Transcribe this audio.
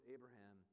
Abraham